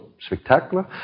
spectacular